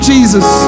Jesus